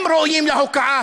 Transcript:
הם ראויים להוקעה,